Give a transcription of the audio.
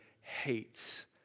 hates